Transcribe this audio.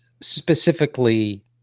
specifically